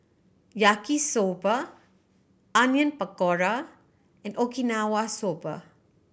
Yaki Soba Onion Pakora and Okinawa Soba